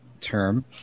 term